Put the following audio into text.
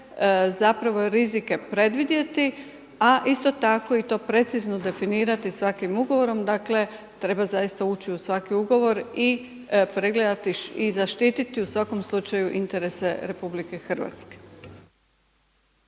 sve rizike predvidjeti, a isto tako i to precizno definirati svakim ugovorom. Dakle treba zaista ući u svaki ugovor i pregledati i zaštititi u svakom slučaju interese RH.